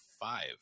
five